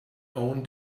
own